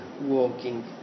walking